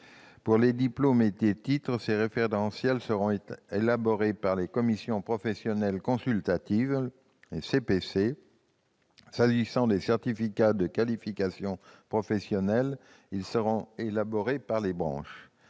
Pour les diplômes et les titres, ces référentiels seront élaborés par les commissions professionnelles consultatives, ou CPC. Les certificats de qualification professionnelle seront, quant à eux, élaborés par les branches.